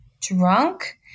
drunk